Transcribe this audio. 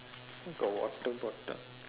got water bottle